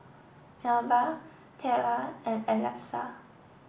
Melba Tera and Alexa